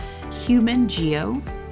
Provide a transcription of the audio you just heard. humangeo